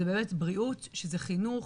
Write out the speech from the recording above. שזה באמת בריאות, שזה חינוך.